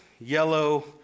yellow